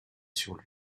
sur